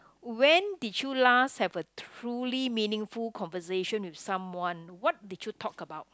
when did you last have a truly meaningful conversation with someone what did you talk about